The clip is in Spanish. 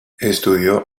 estudió